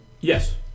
Yes